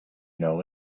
know